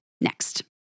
next